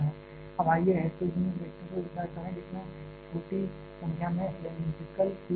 अब आइए heterogeneous reactor पर विचार करें जिसमें छोटी संख्या में सिलैंडरिकल फ्यूल रॉड्स हैं